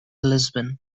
lisbon